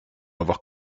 avoir